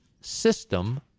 system